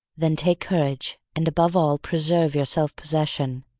then take courage and above all preserve your self-possession.